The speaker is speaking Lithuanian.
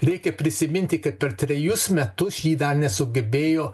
reikia prisiminti kad per trejus metus ji dar nesugebėjo